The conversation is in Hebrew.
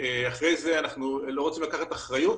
ואחרי כן אנחנו גם לא רוצים לקחת אחריות,